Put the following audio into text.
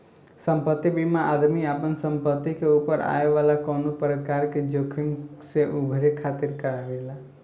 संपत्ति बीमा आदमी आपना संपत्ति के ऊपर आवे वाला कवनो प्रकार के जोखिम से उभरे खातिर करावेला